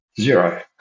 Zero